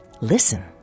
listen